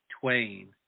Twain